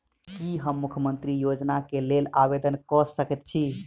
की हम मुख्यमंत्री योजना केँ लेल आवेदन कऽ सकैत छी?